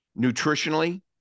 Nutritionally